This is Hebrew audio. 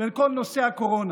כל נושא הקורונה: